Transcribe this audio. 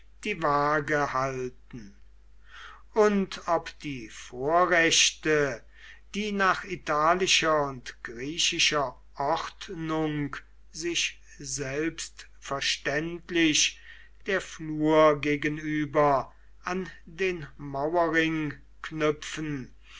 die waage halten und ob die vorrechte die nach italischer und griechischer ordnung sich selbstverständlich der flur gegenüber an den mauerring knüpfen